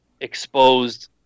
exposed